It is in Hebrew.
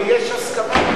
ויש הסכמה,